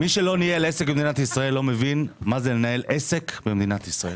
מי שלא ניהל עסק במדינת ישראל לא מבין מה זה לנהל עסק במדינת ישראל.